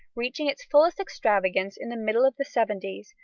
reaching its fullest extravagance in the middle of the seventies,